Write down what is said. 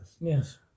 Yes